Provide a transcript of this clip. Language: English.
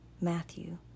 Matthew